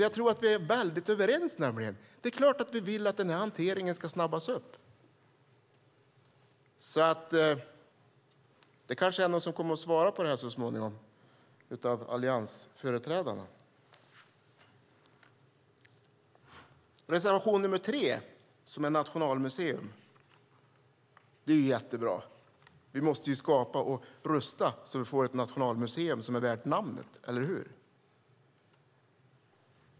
Jag tror nämligen att vi är överens - det är klart att vi vill att hanteringen ska snabbas upp. Det kanske är någon av alliansföreträdarna som kommer att svara på det här så småningom. Reservation nr 3 handlar om Nationalmuseum. Det är jättebra. Vi måste skapa och rusta det så att vi får ett Nationalmuseum som är värt namnet, eller hur?